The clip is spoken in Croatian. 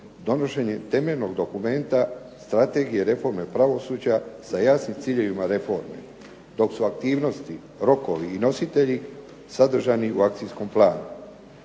donošenjem temeljnog dokument Strategije reforme pravosuđa sa jasnim ciljevima reforme, dok su aktivnosti, rokovi i nositelji sadržani u akcijskom planu.